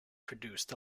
produced